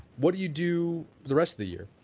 what do you do the rest of the year?